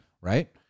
Right